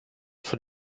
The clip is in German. von